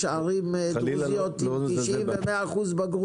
יש ערים דרוזיות עם יותר מ-90% הצלחה בבגרות.